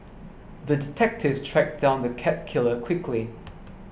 the detective tracked down the cat killer quickly